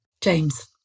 James